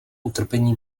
utrpení